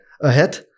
ahead